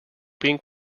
being